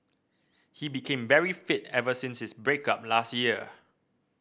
he became very fit ever since his break up last year